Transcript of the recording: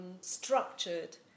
structured